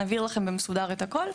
נעביר לכם את הכול מסודר.